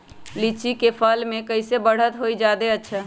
लिचि क फल म कईसे बढ़त होई जादे अच्छा?